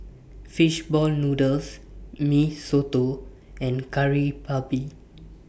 Fish Ball Noodles Mee Soto and Kari Babi